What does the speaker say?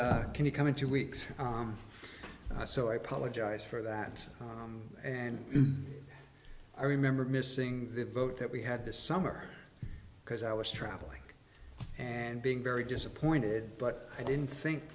and can you come in two weeks so i apologize for that and i remember missing the boat that we had this summer because i was traveling and being very disappointed but i didn't think